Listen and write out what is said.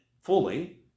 fully